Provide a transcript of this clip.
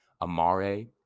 Amare